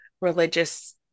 religious